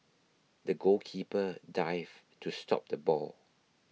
the goalkeeper dived to stop the ball